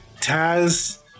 Taz